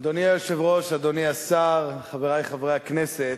אדוני היושב-ראש, אדוני השר, חברי חברי הכנסת,